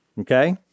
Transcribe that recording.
okay